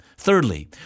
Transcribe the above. Thirdly